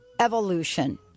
evolution